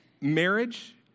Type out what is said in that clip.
marriage